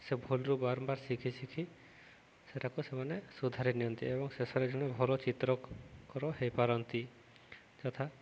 ସେ ଭୁଲରୁ ବାରମ୍ବାର ଶିଖି ଶିଖି ସେଟାକୁ ସେମାନେ ସୁଧାରି ନିଅନ୍ତି ଏବଂ ଶେଷରେ ଜଣେ ଭଲ ଚିତ୍ରକର ହେଇପାରନ୍ତି ଯଥା